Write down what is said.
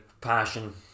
Passion